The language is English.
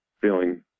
feeling